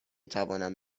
توانم